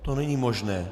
To není možné.